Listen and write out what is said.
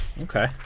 Okay